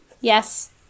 Yes